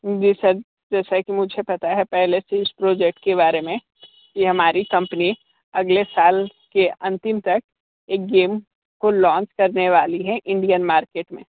जी sir जैसे कि मुझे पता है पहले से ही इस प्रोजेक्ट के बारे में कि हमारी कंपनी अगले साल के अंतिम तक एक गेम को लॉन्च करने वाली है इंडियन मार्किट में